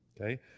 okay